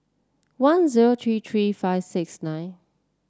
one zero three three five six nine